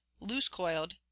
loose-coiled